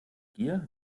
gier